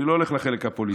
אני לא הולך לחלק הפוליטי.